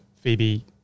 Phoebe